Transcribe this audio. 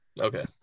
Okay